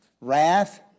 wrath